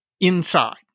Inside